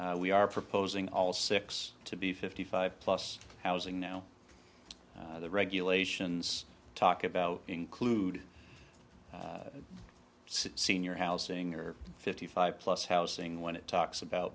we are proposing all six to be fifty five plus housing now the regulations talk about include senior housing or fifty five plus housing when it talks about